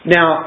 Now